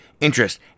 interest